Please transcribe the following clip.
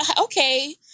okay